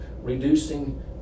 reducing